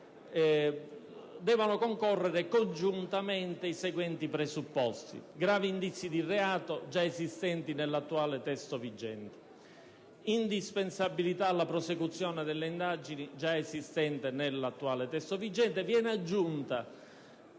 Devono concorrere congiuntamente i seguenti presupposti: gravi indizi di reato (già esistente nell'attuale testo vigente), indispensabilità alla prosecuzione delle indagini (già esistente nell'attuale testo vigente)